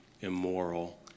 immoral